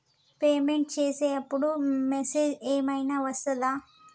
Payment చేసే అప్పుడు message ఏం ఐనా వస్తదా?